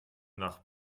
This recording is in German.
nach